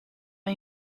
aan